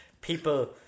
people